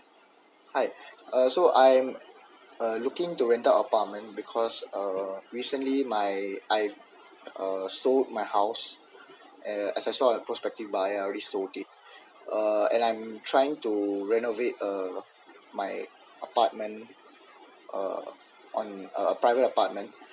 hi uh so I'm looking to rent out apartment because uh recently my I uh sold my house as I saw a prospective buyer I already sold it uh and I'm trying to renovate uh my apartment uh on private apartment